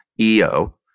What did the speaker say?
EO